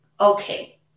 okay